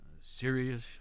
serious